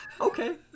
Okay